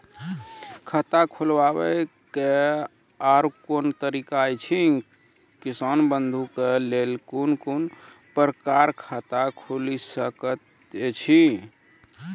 खाता खोलवाक आर कूनू तरीका ऐछि, किसान बंधु के लेल कून कून प्रकारक खाता खूलि सकैत ऐछि?